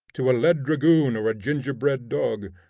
to a lead dragoon or a gingerbread-dog,